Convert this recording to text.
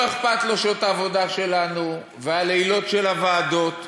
לא אכפת לו שעות העבודה שלנו והלילות של הוועדות,